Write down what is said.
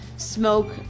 Smoke